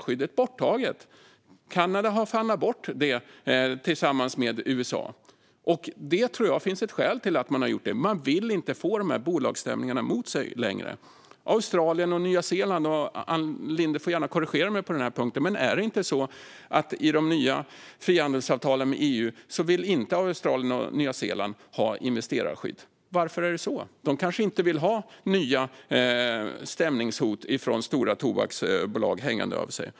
Kanada har förhandlat bort det tillsammans med USA. Jag tror att det finns ett skäl till att man har gjort det. Man vill inte få de här bolagsstämningarna mot sig längre. Det gäller också Australien och Nya Zeeland, Ann Linde får gärna korrigera mig på den punkten. Är det inte så att i de nya frihandelsavtalen med EU vill inte Australien och Nya Zeeland ha investerarskydd? Varför är det så? De kanske inte vill ha nya stämningshot från tobaksbolag hängande över sig.